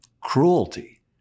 cruelty